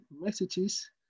messages